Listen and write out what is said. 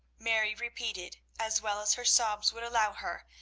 mary repeated, as well as her sobs would allow her,